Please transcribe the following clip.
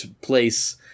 place